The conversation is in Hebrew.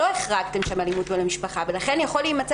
לא החרגתם שם אלימות במשפחה ולכן יכול להיווצר